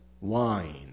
wine